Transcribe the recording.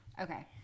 Okay